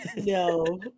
No